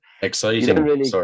Exciting